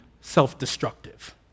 self-destructive